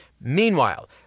Meanwhile